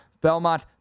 Belmont